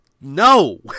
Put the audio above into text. no